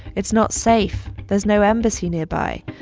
it's not safe. there's no embassy nearby.